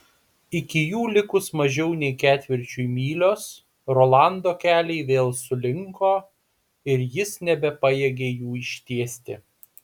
iki jų likus mažiau nei ketvirčiui mylios rolando keliai vėl sulinko ir jis nebepajėgė jų ištiesti